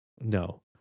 No